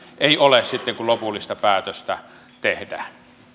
ei ole sitten kun lopullista päätöstä tehdään